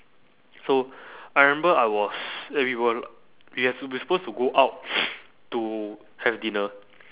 so I remember I was eh we were we have to we were supposed to go out to have dinner